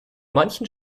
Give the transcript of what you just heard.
manchen